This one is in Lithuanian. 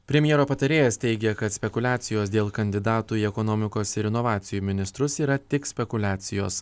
premjero patarėjas teigė kad spekuliacijos dėl kandidatų į ekonomikos ir inovacijų ministrus yra tik spekuliacijos